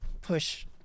push